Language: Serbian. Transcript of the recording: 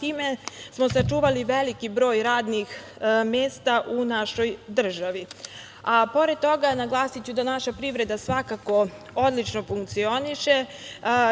Time smo sačuvali veliki broj radnih mesta u našoj državi. Pored toga, naglasiću, naša privreda svakako odlično funkcioniše,